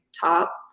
top